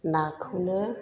नाखौनो